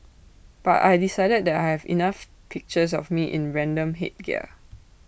but I decided that I have enough pictures of me in random headgear